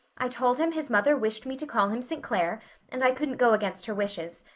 i told him his mother wished me to call him st. clair and i couldn't go against her wishes.